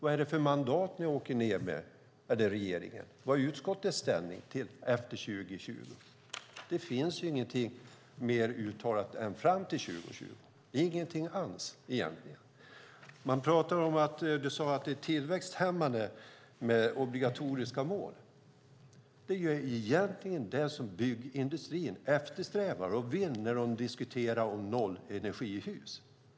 Vad är det för mandat regeringen åker ned till EU med? Vad är utskottets ställning om politiken efter 2020? Det finns inget uttalat efter 2020. Helena Lindahl sade att det är tillväxthämmande med obligatoriska mål. Men det är det som byggindustrin eftersträvar och vill ha när de diskuterar nollenergihus.